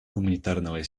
гуманитарного